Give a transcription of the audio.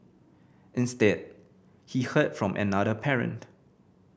instead he heard from another parent